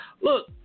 look